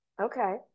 okay